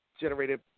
generated